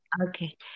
Okay